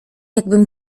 jakbym